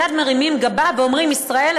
מייד מרימים גבה ואומרים: ישראל?